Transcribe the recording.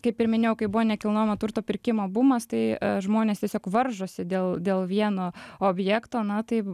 kaip ir minėjau kai buvo nekilnojamo turto pirkimo bumas tai žmonės tiesiog varžosi dėl dėl vieno objekto na tai